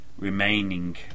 Remaining